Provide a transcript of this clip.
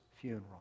funeral